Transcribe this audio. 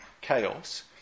chaos